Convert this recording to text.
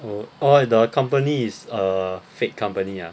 oh orh the company is a fake company ah